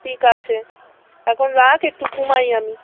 ঠিক আছে এখন রাখ একটু ঘুমাই আমি